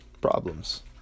problems